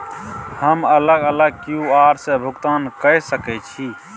हम अलग अलग क्यू.आर से भुगतान कय सके छि?